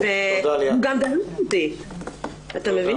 תודה